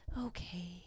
Okay